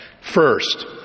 First